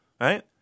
Right